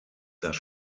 das